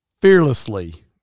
fearlessly